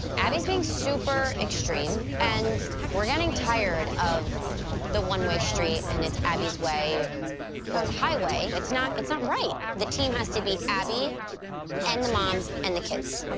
abby's being super extreme. and we're getting tired of the one-way street, and it's abby's way or the highway. it's not it's not right. the team has to be abby and the moms and the kids.